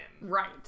Right